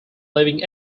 living